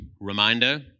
reminder